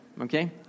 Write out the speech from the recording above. Okay